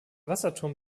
wasserturm